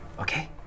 okay